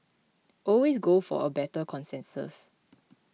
always go for a better consensus